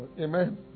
Amen